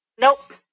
Nope